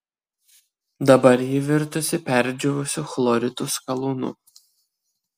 dabar ji virtusi perdžiūvusiu chloritų skalūnu